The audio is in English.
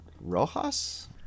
Rojas